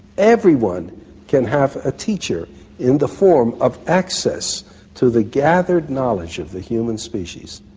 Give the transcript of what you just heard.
everyone can have a teacher in the form of access to the gathered knowledge of the human species.